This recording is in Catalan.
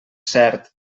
cert